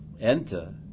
enter